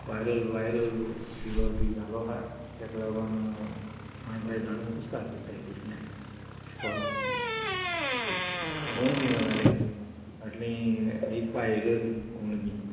viral viral fever बी जालो आहा तेका लागोन मांय पांय धाडूं कुस्तार कोरता भुरग्यां इस्कोला ओणबी जाल्याय फाटली इकपा येयलोली ओणबी